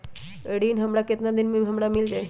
ऋण हमर केतना दिन मे हमरा मील जाई?